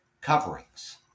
coverings